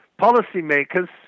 policymakers